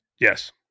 Yes